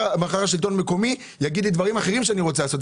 השלטון מקומי יגיד לי דברים אחרים שהוא רוצה לעשות.